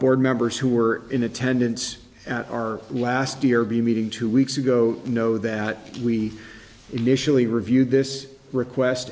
board members who were in attendance at our last year be meeting two weeks ago know that we initially reviewed this request